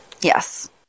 Yes